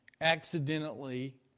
accidentally